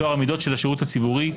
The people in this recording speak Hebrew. טוהר המידות של השירות הציבורי,